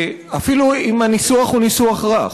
אפילו אם הניסוח רך.